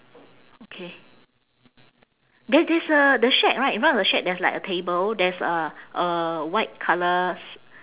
okay there's there's a the shack right in front of the shack there's like a table there's a a white colour s~